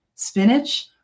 spinach